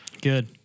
Good